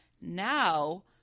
now